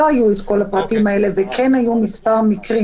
לא היו את כל הפרטים האלה וכן היו מספר מקרים